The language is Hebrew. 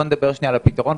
בואו נדבר על הפתרון,